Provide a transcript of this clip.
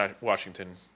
Washington